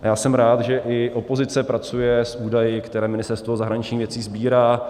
A já jsem rád, že i opozice pracuje s údaji, které Ministerstvo zahraničních věcí sbírá.